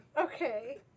Okay